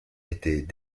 étaient